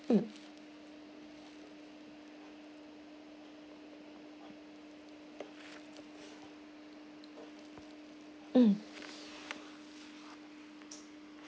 mm mm